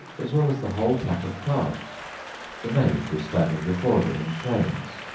as well as the whole pack of cards the knave was standing before them, in chains,